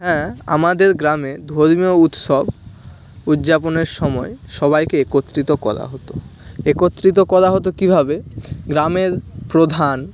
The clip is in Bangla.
হ্যাঁ আমাদের গ্রামে ধর্মীয় উৎসব উদযাপনের সময় সবাইকে একত্রিত করা হতো একত্রিত করা হত কীভাবে গ্রামের প্রধান